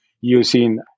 using